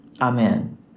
Amen